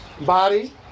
Body